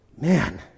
Man